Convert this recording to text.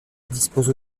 dispose